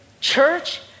church